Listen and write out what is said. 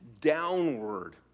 downward